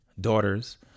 daughters